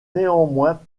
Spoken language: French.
néanmoins